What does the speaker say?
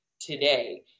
today